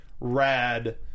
Rad